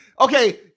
Okay